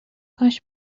کاش